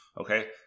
Okay